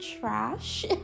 trash